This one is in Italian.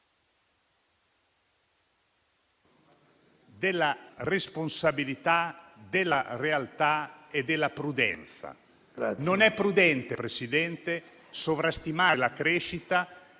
della responsabilità, della realtà e della prudenza. Non è prudente, signor Presidente, sovrastimare la crescita,